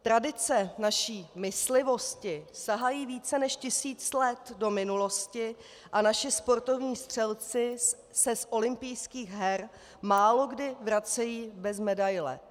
Tradice naší myslivosti sahají více než tisíc let do minulosti a naši sportovní střelci se z olympijských her málokdy vracejí bez medaile.